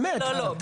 באמת.